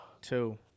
two